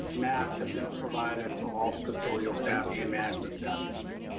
masks have been provided to all the custodial staff and management staff, yes ma'am.